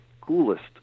coolest